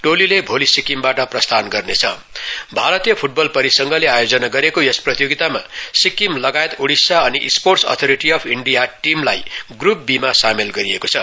टोलीले भोलि सिक्किमबाट प्रस्थान गर्नेछ भारतीय फुटबल परिसंघले आयोजना गरेको यस प्रतियोगितामा सिक्किम लगायत उडीसा अनि स्पोस्टस अथोरिटी अव् इन्डियण टीमलाई ग्रुप बी मा सामेल गरिएको छ